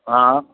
हा